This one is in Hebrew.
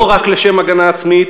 לא רק לשם הגנה עצמית,